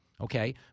Okay